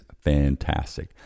fantastic